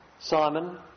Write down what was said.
Simon